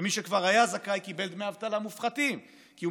ומי שכבר היה זכאי קיבל דמי אבטלה מופחתים כי הוא